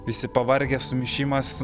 visi pavargę sumišimas